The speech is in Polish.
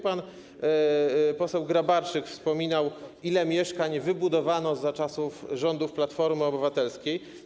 Pan poseł Grabarczyk wspominał, ile mieszkań wybudowano za czasów rządów Platformy Obywatelskiej.